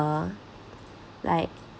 like